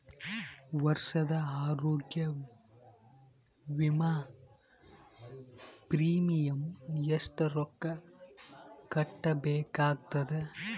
ವರ್ಷದ ಆರೋಗ್ಯ ವಿಮಾ ಪ್ರೀಮಿಯಂ ಎಷ್ಟ ರೊಕ್ಕ ಕಟ್ಟಬೇಕಾಗತದ?